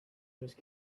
just